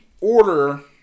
order